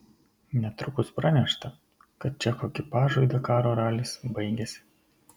netrukus pranešta kad čekų ekipažui dakaro ralis baigėsi